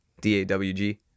D-A-W-G